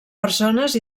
persones